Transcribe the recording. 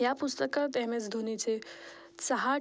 या पुस्तकात M S धोनीचे सहा